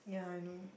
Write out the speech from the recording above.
yeah I know